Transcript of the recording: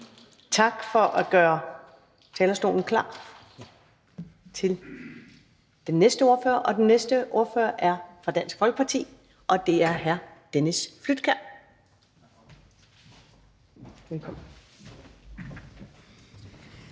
Tak for at gøre talerstolen klar til den næste ordfører. Og den næste ordfører er fra Dansk Folkeparti, og det er hr. Dennis Flydtkjær.